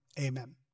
Amen